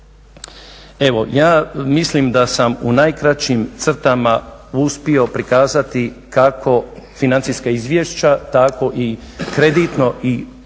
Evo ja mislim da sam u najkraćim crtama uspio prikazati kako financija izvješća tako i kreditno i općenito